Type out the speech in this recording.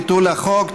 ביטול החוק),